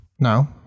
No